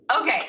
Okay